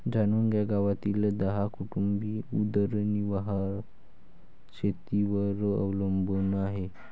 जाणून घ्या गावातील दहा कुटुंबे उदरनिर्वाह शेतीवर अवलंबून आहे